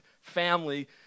family